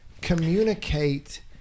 communicate